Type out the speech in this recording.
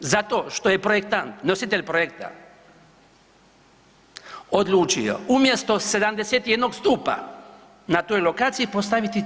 Zato što je projektan, nositelj projekta odlučio umjesto 71 stupa na toj lokaciji postaviti 48.